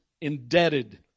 indebted